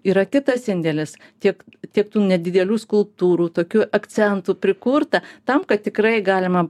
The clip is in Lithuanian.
yra kitas indėlis tiek kiek tų nedidelių skulptūrų tokių akcentų prikurta tam kad tikrai galima